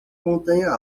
montanha